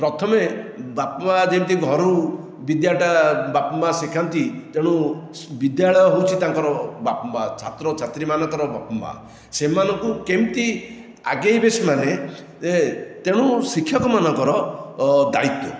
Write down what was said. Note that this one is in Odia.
ପ୍ରଥମେ ବାପା ମା ଯେମିତି ଘରୁ ବିଦ୍ୟାଟା ବାପା ମା ଶିଖାନ୍ତି ତେଣୁ ସ୍ ବିଦ୍ୟାଳୟ ହେଉଛି ତାଙ୍କର ବାପା ମା ଛାତ୍ର ଛାତ୍ରୀ ମାନଙ୍କର ବାପା ମା ସେମାନଙ୍କୁ କେମିତି ଆଗାଇବେ ସେମାନେ ଏ ତେଣୁ ଶିକ୍ଷକ ମାନଙ୍କର ଦାୟିତ୍ୱ